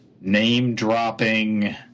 name-dropping